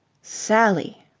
sally!